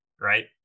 right